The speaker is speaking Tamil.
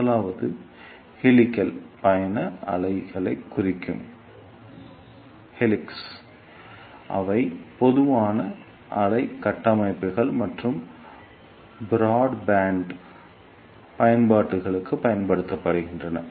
முதலாவது ஹெலிக்ஸ் பயண அலைக் குழாய்கள் அவை மெதுவான அலை கட்டமைப்புகள் மற்றும் பிராட்பேண்ட் பயன்பாடுகளுக்குப் பயன்படுத்தப்படுகின்றன